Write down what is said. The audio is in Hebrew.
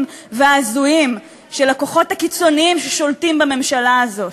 וההזויים של הכוחות הקיצוניים ששולטים בממשלה הזאת.